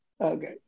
Okay